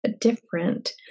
different